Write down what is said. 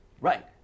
right